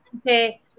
Okay